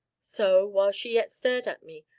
so, while she yet stared at me,